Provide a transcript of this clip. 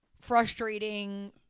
frustrating